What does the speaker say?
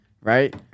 Right